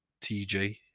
TJ